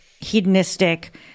hedonistic